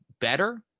better